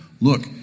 Look